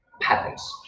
patterns